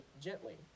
gently